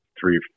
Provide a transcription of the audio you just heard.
three